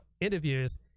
interviews